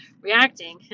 reacting